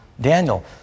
Daniel